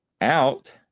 out